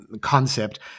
concept